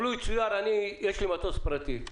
נאמר שיש לי מטוס פרטי,